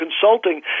consulting